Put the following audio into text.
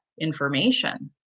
information